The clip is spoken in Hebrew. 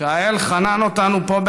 שהאל חנן אותנו בו פה,